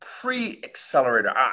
pre-accelerator